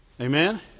Amen